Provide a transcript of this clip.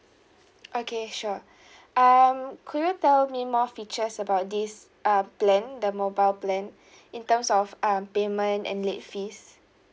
okay sure um could you tell me more features about this uh plan the mobile plan in terms of um payment and late fees